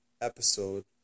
episode